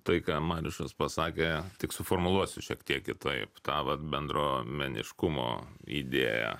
tai ką mariušas pasakė tik suformuluosiu šiek tiek kitaip tą vat bendruomeniškumo idėją